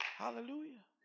Hallelujah